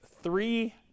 three